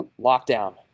lockdown